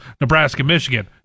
Nebraska-Michigan